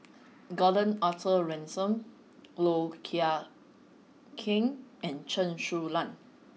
Gordon Arthur Ransome Low Thia Khiang and Chen Su Lan